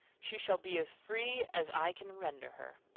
she shall be as free as i can render her.